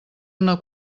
una